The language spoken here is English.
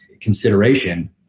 consideration